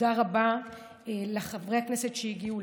תודה רבה לחברי הכנסת שהגיעו.